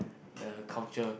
the culture